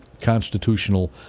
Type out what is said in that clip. constitutional